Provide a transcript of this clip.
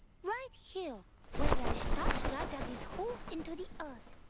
right here where aristasura dug his hoof into the earth.